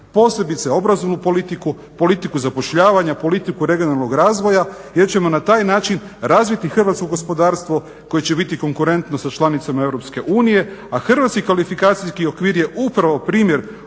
posebice obrazovnu politiku, politiku zapošljavanja, politiku regionalnog razvoja jer ćemo na taj način razviti hrvatsko gospodarstvo koje će biti konkurentno sa članicama EU a hrvatski kvalifikacijski okvir je upravo primjer